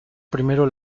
primero